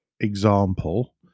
example